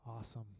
Awesome